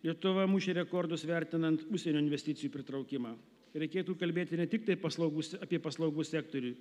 lietuva mušė rekordus vertinant užsienio investicijų pritraukimą reikėtų kalbėti ne tik tai paslaugų s apie paslaugų sektoriuj